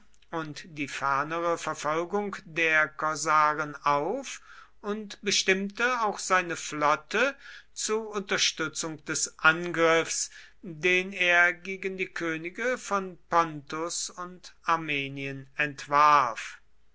und die fernere verfolgung der korsaren auf und bestimmte auch seine flotte zu unterstützung des angriffs den er gegen die könige von pontus und armenien entwarf